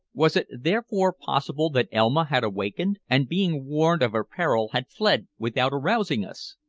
was it, therefore, possible that elma had awakened, and being warned of her peril had fled without arousing us?